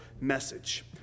message